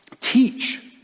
teach